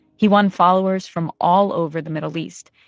he won followers from all over the middle east,